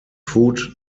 food